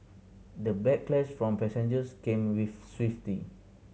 the backlash from passengers came with